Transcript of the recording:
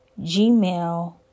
gmail